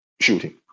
shooting